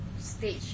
stage